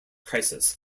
crisis